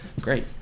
great